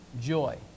Joy